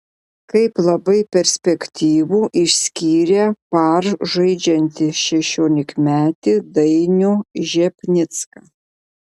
kaip labai perspektyvų išskyrė par žaidžiantį šešiolikmetį dainių žepnicką